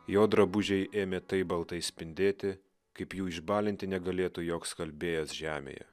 jo drabužiai ėmė taip baltai spindėti kaip jų išbalinti negalėtų joks skalbėjas žemėje